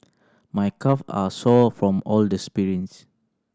my calve are sore from all the sprints